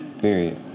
period